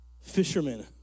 Fishermen